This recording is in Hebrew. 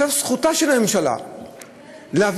זכותה של הממשלה להביא,